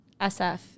SF